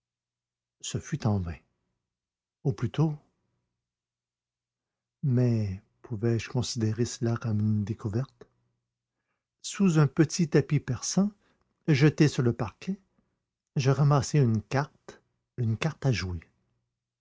ce fut en vain ou plutôt mais pouvais-je considérer cela comme une découverte sous un petit tapis persan jeté sur le parquet je ramassai une carte une carte à jouer